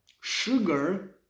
sugar